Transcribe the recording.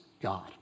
God